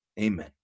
Amen